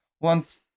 Want